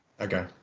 Okay